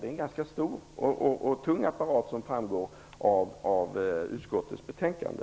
Det är en ganska stor och tung apparat, vilket framgår av utskottets betänkande.